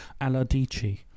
Aladici